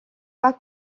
pas